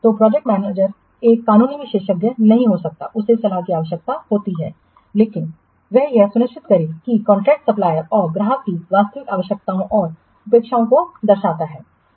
तो project manager एक कानूनी विशेषज्ञ नहीं हो सकता है उसे सलाह की आवश्यकता होती है लेकिन वह यह सुनिश्चित करें कि कॉन्ट्रैक्ट सप्लायर्सऔर ग्राहक की वास्तविक आवश्यकताओं और अपेक्षाओं को दर्शाता है